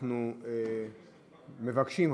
אנחנו מבקשים,